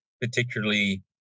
particularly